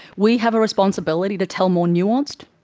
we have a responsibility to tell more nuanced,